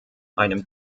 einem